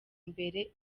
mbere